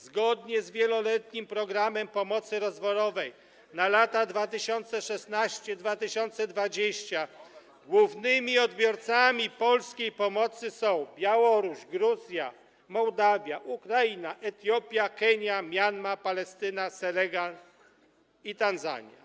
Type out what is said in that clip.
Zgodnie z „Wieloletnim programem pomocy rozwojowej na lata 2016-2020” głównymi odbiorcami polskiej pomocy są Białoruś, Gruzja, Mołdawia, Ukraina, Etiopia, Kenia, Mjanma, Palestyna, Senegal i Tanzania.